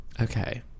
okay